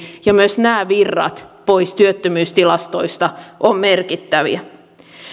ja myös nämä virrat pois työttömyystilastoista ovat merkittäviä